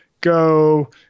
go